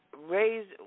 raise